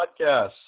podcasts